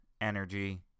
energy